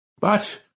But